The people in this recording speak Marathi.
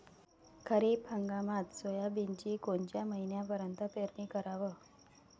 खरीप हंगामात सोयाबीनची कोनच्या महिन्यापर्यंत पेरनी कराव?